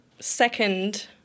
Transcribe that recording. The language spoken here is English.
second